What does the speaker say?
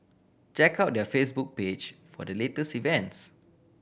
check out their Facebook page for the latest events